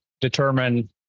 determine